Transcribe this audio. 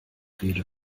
rede